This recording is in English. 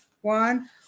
one